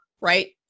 right